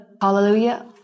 hallelujah